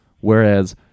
Whereas